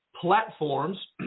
platforms